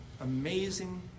amazing